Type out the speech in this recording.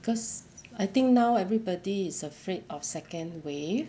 cause I think now everybody is afraid of second wave